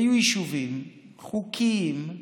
היו יישובים חוקיים,